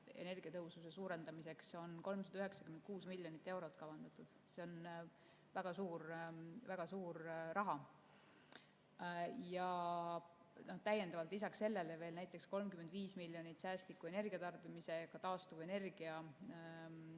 energiatõhususe suurendamiseks on 396 miljonit eurot kavandatud. See on väga suur raha. Ja täiendavalt, lisaks sellele veel on näiteks 35 miljonit säästliku energiatarbimise, taastuvenergia